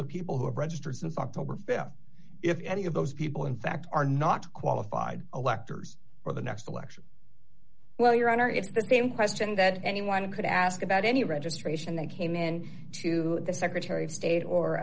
of people who have registered since october th if any of those people in fact are not qualified electors for the next election well your honor it's the same question that anyone could ask about any registration they came in to the secretary of state or